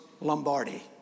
Lombardi